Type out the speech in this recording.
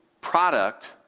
product